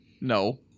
No